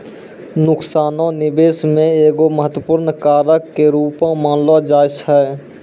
नुकसानो निबेश मे एगो महत्वपूर्ण कारक के रूपो मानलो जाय छै